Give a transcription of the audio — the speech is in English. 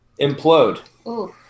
implode